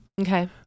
Okay